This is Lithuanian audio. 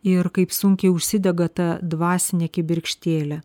ir kaip sunkiai užsidega ta dvasinė kibirkštėlė